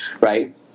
right